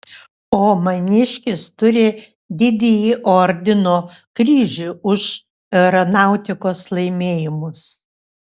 o maniškis turi didįjį ordino kryžių už aeronautikos laimėjimus